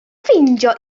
ffeindio